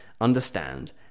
understand